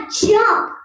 jump